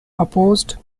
opposed